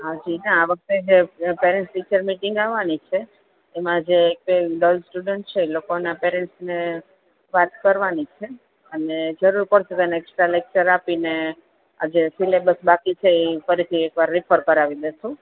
હા જી આ વખતે જે પેરેન્શ ટીચર્સ મિટિંગ આવવાની છે એમાં જે ડલ સ્ટુડન્ટ છે એ લોકોના પેરેન્શને વાત કરવાની છે અને જરૂર પડશે તો એને એક્સ્ટ્રા લેક્ચર આપીને આ જે સિલેબસ બાકી છે એ ફરી એક વાર રિફર કરાવી લઈશું